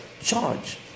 charge